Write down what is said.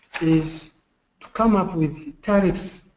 is come up with tariffs,